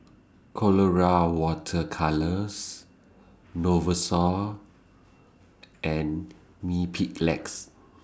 Colora Water Colours Novosource and Mepilex